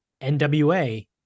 NWA